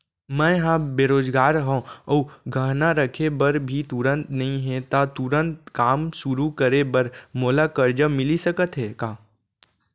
मैं ह बेरोजगार हव अऊ गहना रखे बर भी तुरंत नई हे ता तुरंत काम शुरू करे बर मोला करजा मिलिस सकत हे का?